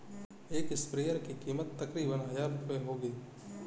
एक स्प्रेयर की कीमत तकरीबन हजार रूपए होगी